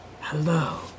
Hello